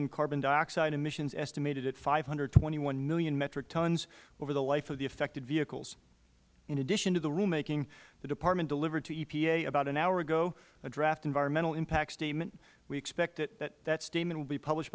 in carbon dioxide emissions estimated at five hundred and twenty one million metric tons over the life of the affected vehicles in addition to the rulemaking the department delivered to epa about an hour ago a draft environmental impact statement we expect that that statement will be published